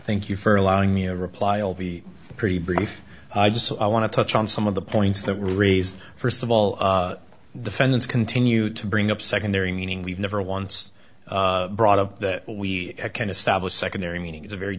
thank you for allowing me a reply i'll be pretty brief i just want to touch on some of the points that were raised first of all defendants continue to bring up secondary meaning we've never once brought up that we can establish secondary meaning it's a very